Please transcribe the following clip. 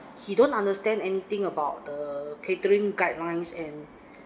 he don't understand anything about the catering guidelines and